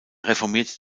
reformierte